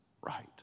right